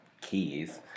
keys